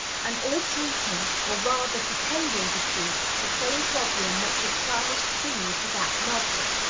and all treating, or rather pretending to treat, the same problem which had furnished theme for that novel.